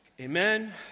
amen